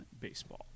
baseball